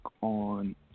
on